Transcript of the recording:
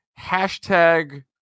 hashtag